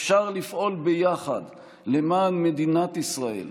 אפשר לפעול ביחד למען מדינת ישראל,